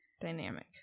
Dynamic